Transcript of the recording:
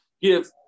Give